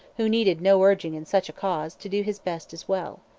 who needed no urging in such a cause, to do his best as well.